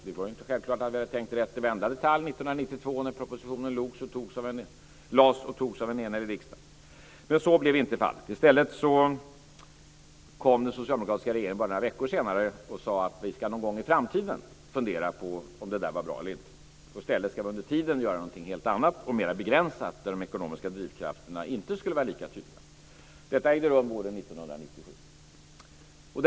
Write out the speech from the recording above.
Det var inte självklart att vi hade tänkt rätt i varje detalj 1992, när propositionen lades fram och antogs av en enhällig riksdag. Men så blev inte fallet. I stället kom den socialdemokratiska regeringen bara några veckor senare och sade att vi ska någon gång i framtiden fundera på om det där var bra eller inte. I stället ska vi under tiden göra något helt annat och mer begränsat, där de ekonomiska drivkrafterna inte ska vara lika tydliga. Detta ägde rum våren 1997.